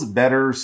better